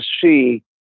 see